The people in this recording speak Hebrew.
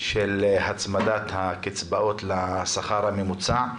של הצמדת הקצבאות לשכר הממוצע.